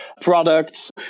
products